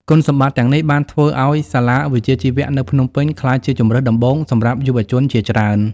គុណសម្បត្តិទាំងនេះបានធ្វើឱ្យសាលាវិជ្ជាជីវៈនៅភ្នំពេញក្លាយជាជម្រើសដំបូងសម្រាប់យុវជនជាច្រើន។